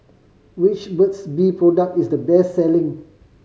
which Burt's Bee product is the best selling